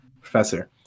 professor